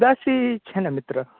ઉદાસી છે ને મિત્ર